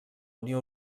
unió